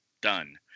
Done